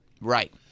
Right